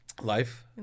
Life